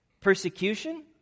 Persecution